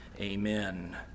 Amen